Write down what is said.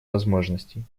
возможностей